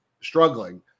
struggling